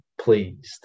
pleased